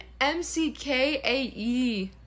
M-C-K-A-E